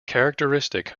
characteristic